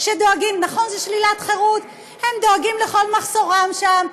שדואגים לכל מחסורם שם,